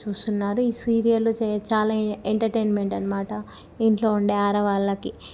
చూస్తున్నారు ఈ సీరియళ్ళు చే చాలా ఎంటర్టైన్మెంట్ అన్నమట ఇంట్లో ఉండే ఆడవాళ్ళకి